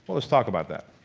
let's talk about that.